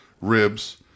ribs